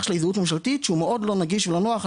של ההזדהות הממשלתית שהוא מאוד לא נגיש ולא נוח.